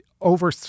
Over